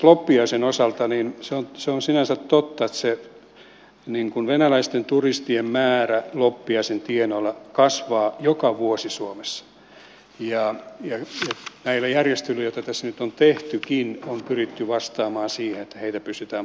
loppiaisen osalta on sinänsä totta että se venäläisten turistien määrä loppiaisen tienoilla kasvaa joka vuosi suomessa ja näillä järjestelyillä joita tässä nyt on tehtykin on pyritty vastaamaan siihen että heitä pystytään palvelemaan